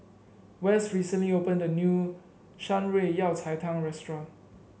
Wes recently opened a new Shan Rui Yao Cai Tang restaurant